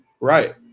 Right